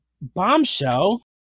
bombshell